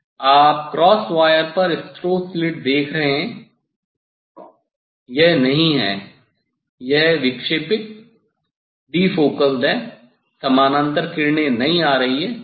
आप cross wire पर स्रोत स्लिट देख रहे हैं यह नहीं है यह विक्षेपित है समानांतर किरणें नहीं आ रही हैं